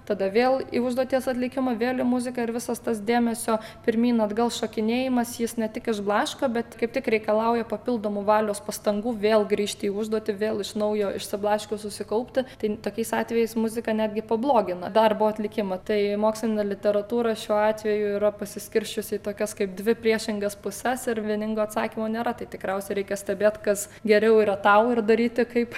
tada vėl į užduoties atlikimą vėl į muziką ir visas tas dėmesio pirmyn atgal šokinėjimas jis ne tik išblaško bet kaip tik reikalauja papildomų valios pastangų vėl grįžti į užduotį vėl iš naujo išsiblaškius susikaupti tik tokiais atvejais muzika netgi pablogina darbo atlikimą tai mokslinė literatūra šiuo atveju yra pasiskirsčiusi į tokias kaip dvi priešingas puses ir vieningo atsakymo nėra tai tikriausiai reikia stebėt kas geriau yra tau ir daryti kaip